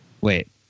Wait